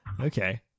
Okay